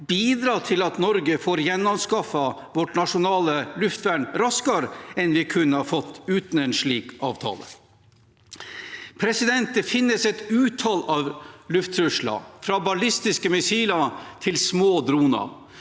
bidra til at Norge får gjenanskaffet sitt nasjonale luftvern raskere enn en kunne fått uten en slik avtale? Det finnes et utall av lufttrusler, fra ballistiske missiler til små droner.